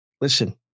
listen